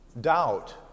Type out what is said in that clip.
Doubt